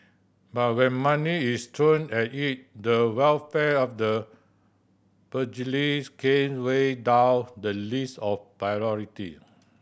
but when money is thrown at it the welfare of the pugilists came way down the list of priority